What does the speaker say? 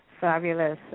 Fabulous